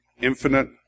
infinite